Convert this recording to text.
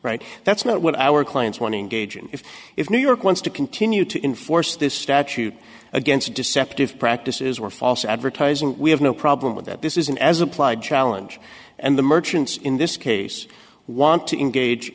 right that's not what our clients want to engage in if if new york wants to continue to enforce this statute against deceptive practices were false advertising we have no problem with that this is an as applied challenge and the merchants in this case want to engage